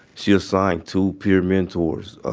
she assigned two peer mentors. ah